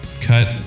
cut